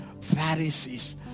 Pharisees